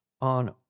on